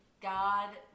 God